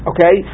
Okay